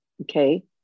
okay